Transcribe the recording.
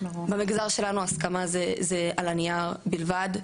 במגזר שלנו הסכמה זה על הנייר בלבד.